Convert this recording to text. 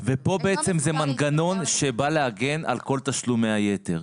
וכאן בעצם זה מנגנון שבא להגן על כל תשלומי היתר.